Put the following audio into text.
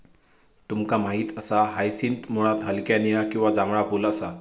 तुमका माहित असा हायसिंथ मुळात हलक्या निळा किंवा जांभळा फुल असा